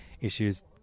Issues